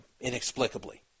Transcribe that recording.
inexplicably